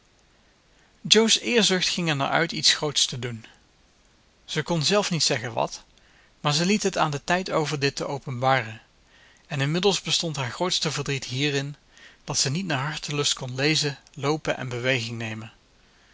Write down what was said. jo's eerzucht ging er naar uit iets groots te doen ze kon zelf niet zeggen wat maar ze liet het aan den tijd over dit te openbaren en inmiddels bestond haar grootste verdriet hierin dat ze niet naar hartelust kon lezen loopen en beweging nemen